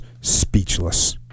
speechless